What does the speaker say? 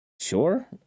Sure